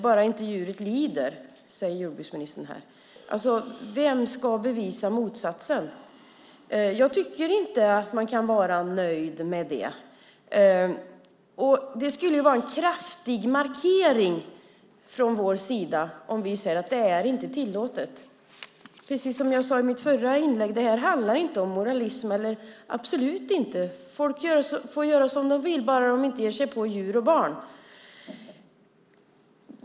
Bara inte djuret lider, säger jordbruksministern här. Vem ska bevisa motsatsen? Jag tycker inte att man kan vara nöjd med det. Det skulle ju vara en kraftig markering från vår sida om vi säger att det inte är tillåtet. Precis som jag sade i mitt förra inlägg handlar inte det här om moralism, absolut inte. Folk får göra som de vill, bara de inte ger sig på djur och barn.